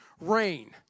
rain